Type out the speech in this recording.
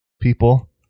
people